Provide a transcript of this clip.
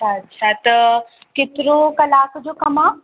अच्छा अच्छा त केतिरो कलाक जो कमु आहे